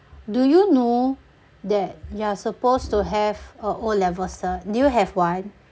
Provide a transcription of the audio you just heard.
do you know that you are supposed to have a O-level cert do you have one